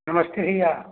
नमस्ते भैया